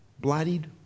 bloodied